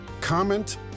comment